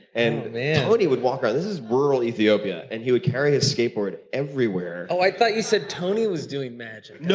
and tony would walk around, and this is rural ethiopia, and he would carry his skateboard everywhere. oh, i thought you said, tony was doing magic, yeah